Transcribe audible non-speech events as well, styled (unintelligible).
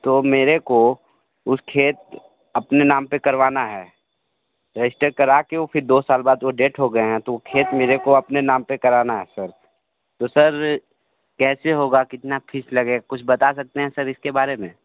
तो मेरे को उस खेत अपने नाम पे करवाना है रजिस्टर करा के (unintelligible) दो साल बाद वो डेथ हो गए हैं तो खेत मेरे को अपने नाम पे कराना है सर तो सर कैसे होगा कितना फ़ीस लगेगा कुछ बता सकते हैं सर इसके बारे में